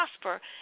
prosper